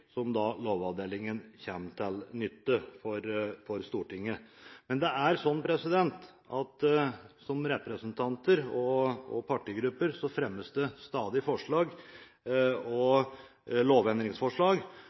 som stortingspresidenten sa, under behandlingen av saker at Lovavdelingen kommer til nytte for Stortinget. Det er sånn at det stadig fremmes lovendringsforslag fra representanter og partigrupper, og det